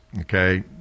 okay